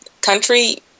country